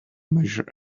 measure